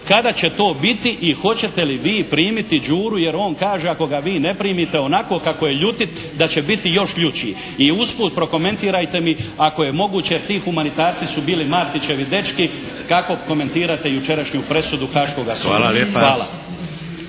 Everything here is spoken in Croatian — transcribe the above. kada će to biti i hoćete li vi primiti Đuru, jer on kaže ako ga vi ne primite onako kako je ljutit da će biti još ljući? I usput prokomentirajte mi ako je moguće ti humanitarci su bili Martićevi dečki, kako komentirate jučerašnju presudu Haaškoga suda? Hvala.